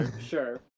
Sure